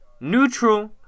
neutral